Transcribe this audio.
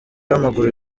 w’amaguru